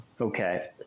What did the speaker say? Okay